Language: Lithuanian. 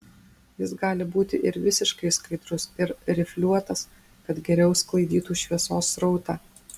jis gali būti ir visiškai skaidrus ir rifliuotas kad geriau sklaidytų šviesos srautą